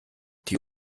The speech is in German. die